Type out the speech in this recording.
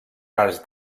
parts